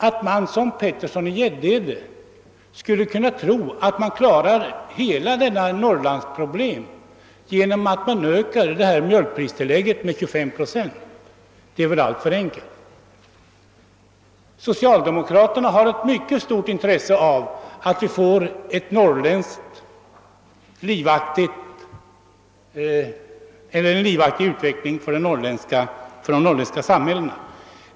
Att liksom herr Petersson i Gäddvik tro att man skulle kunna lösa hela Norrlandsproblemet genom att öka mjölkpristillägget med 25 procent är alltför enkelt. Socialdemokraterna har ett mycket stort intresse av att åstadkomma en livaktig utveckling för de norrländska samhällena.